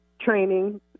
training